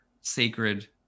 sacred